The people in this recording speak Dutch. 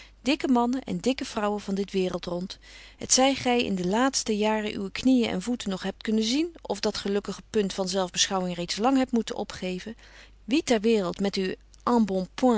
dikke mannen en dikke vrouwen van dit wereldrond hetzij gij in de laatste jaren uwe knieën en voeten nog hebt kunnen zien of dat gelukkig punt van zelfbeschouwing reeds lang hebt moeten opgeven wie ter wereld met uw